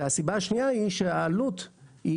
הסיבה השניה היא שהעלות היא